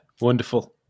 wonderful